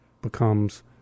becomes